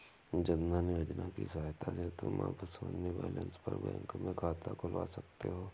जन धन योजना की सहायता से तुम अब शून्य बैलेंस पर बैंक में खाता खुलवा सकते हो